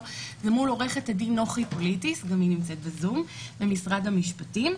מול עוה"ד נוחי פוליטיס ממשרד המשפטים,